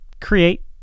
create